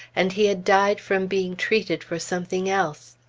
and he had died from being treated for something else.